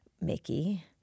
Mickey